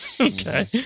Okay